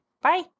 Bye